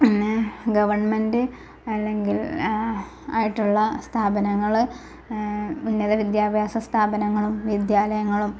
പിന്നെ ഗവണ്മെൻറ് അല്ലെങ്കിൽ ആയിട്ടുള്ള സ്ഥാപനങ്ങൾ ഉന്നത വിദ്യാഭ്യാസ സ്ഥാപനങ്ങളും വിദ്യാലയങ്ങളും